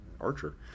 archer